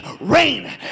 rain